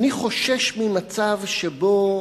אני חושש ממצב שבו